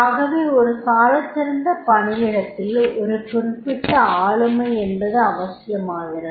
ஆகவே ஒரு சாலச்சிறந்த பணியிடத்தில் ஒரு குறிப்பிட்ட ஆளுமை என்பது அவசியமாகிறது